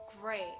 great